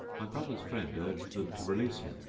my brother's friend urged them to release him,